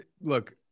look